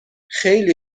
خیلی